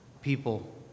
People